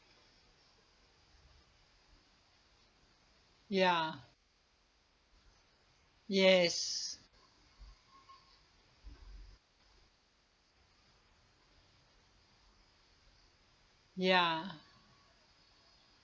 ya yes ya